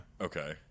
Okay